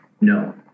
No